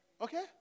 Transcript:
Okay